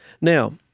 Now